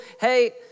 hey